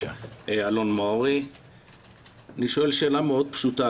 אני שואל כמה שאלות מאוד פשוטות: